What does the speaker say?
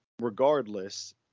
regardless